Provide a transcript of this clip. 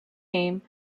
name